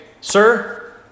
sir